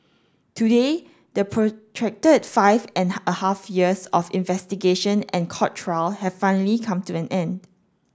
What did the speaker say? today the protracted five and a half years of investigation and court trial have finally come to an end